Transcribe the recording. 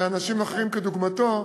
באנשים אחרים כדוגמתו,